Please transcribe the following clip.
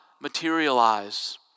materialize